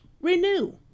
renew